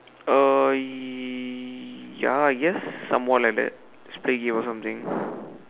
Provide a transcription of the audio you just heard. uh ya I guess some what like that just play game or something